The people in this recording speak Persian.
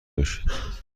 باشید